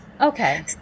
Okay